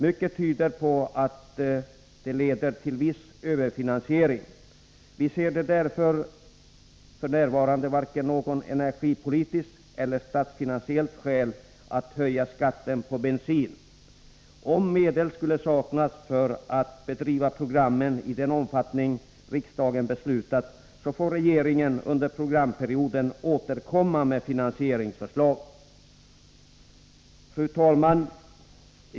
Mycket tyder på att de leder till viss överfinansiering. Vi ser därför f. n. varken något energipolitiskt eller statsfinansiellt skäl att höja skatten på bensin. Om medel skulle saknas för att bedriva programmen i den omfattning som riksdagen beslutat, får regeringen under programperioden återkomma med finansieringsförslag. Fru talman!